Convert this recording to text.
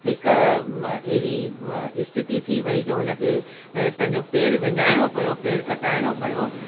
हिक म एरी स्थिति थी वई जो उन खे ऐं पंहिंजो पेर विञाइणो पियो पेर कटाइणो पयो